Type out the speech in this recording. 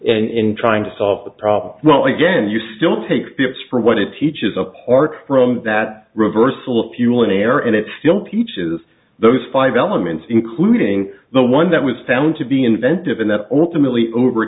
in trying to solve the problem well again you still take steps for what it teaches apart from that reversal if you will in error and it still teaches those five elements including the one that was found to be inventive and that ultimately over